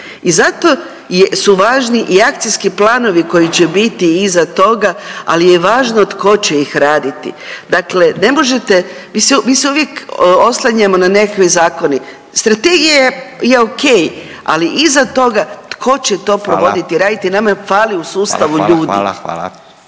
I zato su važni i akcijski planovi koji će biti iza toga, ali je važno tko će ih raditi dakle ne možete, mi se, mi se uvijek oslanjamo na nekakve zakone, strategija je okej, ali iza toga tko će to…/Upadica Radin: Hvala/…provoditi